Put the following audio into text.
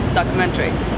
documentaries